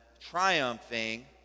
triumphing